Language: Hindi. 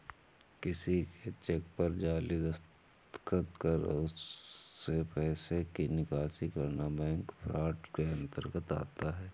किसी के चेक पर जाली दस्तखत कर उससे पैसे की निकासी करना बैंक फ्रॉड के अंतर्गत आता है